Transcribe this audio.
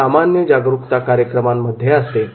हे सामान्य जागरूकता कार्यक्रमांमध्ये असते